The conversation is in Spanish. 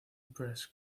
press